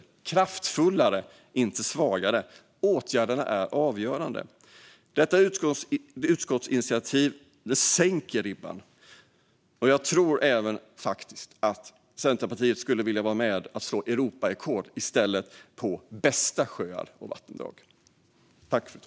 Det krävs kraftfullare åtgärder, inte svagare. Det är avgörande. Utskottsinitiativet sänker ribban. Jag tror faktiskt att även Centerpartiet hellre skulle vilja vara med och slå Europarekord i bästa sjöar och vattendrag i stället.